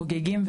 חוגגים,